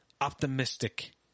optimistic